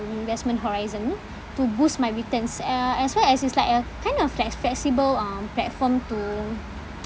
investment horizon to boost my returns uh as well as it's like uh kind of like flexible um platform to